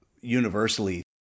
universally